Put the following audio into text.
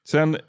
Sen